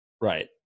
Right